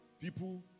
people